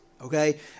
okay